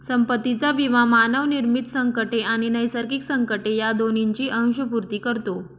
संपत्तीचा विमा मानवनिर्मित संकटे आणि नैसर्गिक संकटे या दोहोंची अंशपूर्ती करतो